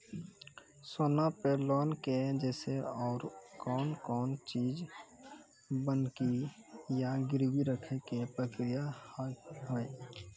सोना पे लोन के जैसे और कौन कौन चीज बंकी या गिरवी रखे के प्रक्रिया हाव हाय?